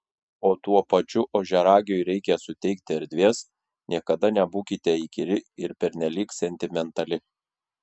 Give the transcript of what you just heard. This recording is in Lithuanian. o tuo pačiu ožiaragiui reikia suteikti erdvės niekada nebūkite įkyri ir pernelyg sentimentali